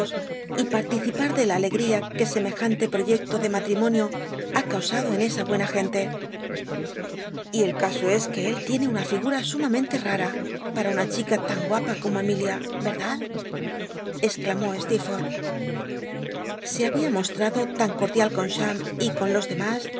y participar do la alegtia he semejante pi'oyecto de matrimonio ha ca usaclo en esa buena gente ma y el caso es que él tiene una figum sh emilia verdad exclamó ste se habia mostrado tan cotdial con cham y con los den'las